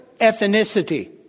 ethnicity